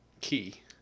key